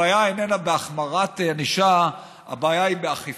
הבעיה איננה בהחמרת ענישה, הבעיה היא באכיפה.